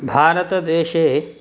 भारतदेशे